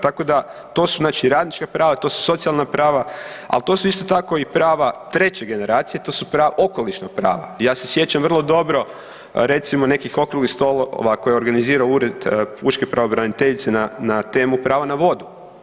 Tako da to su znači radnička prava, to su socijalna prava, ali to su isto tako i prava treće generacije, to su prava, okolišna prava i ja se sjećam vrlo dobro recimo nekih okruglih stolova koje je organizirao Ured pučke pravobraniteljice na temu prava na vodu.